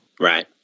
Right